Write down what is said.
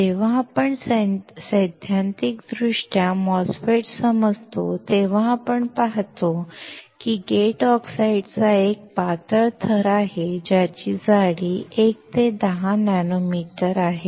जेव्हा आपण सैद्धांतिकदृष्ट्या MOSFET समजतो तेव्हा आपण पाहतो की गेट ऑक्साईडचा एक पातळ थर आहे ज्याची जाडी 1 ते 10 नॅनोमीटर आहे